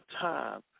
time